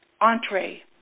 entree